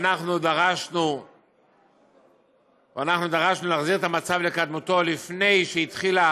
אנחנו דרשנו להחזיר את המצב לקדמותו לפני שהתחילה